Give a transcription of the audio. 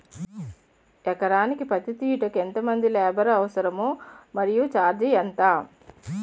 ఎకరానికి పత్తి తీయుటకు ఎంత మంది లేబర్ అవసరం? మరియు ఛార్జ్ ఎంత?